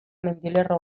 mendilerro